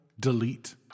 delete